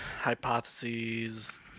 hypotheses